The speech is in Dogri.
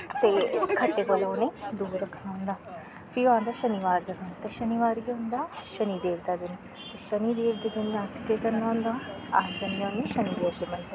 ते ख'ट्टे कोला उनेंई दूर रक्खना होंदा फ्ही ओह् आंदा शनिबार दा दिन ते शनिबार केह् होंदा शनिदेव दा दिन ते शनिदेव दे दिन असें केह् करने होंदा अस जन्ने होन्ने शनिदेन दे मन्दर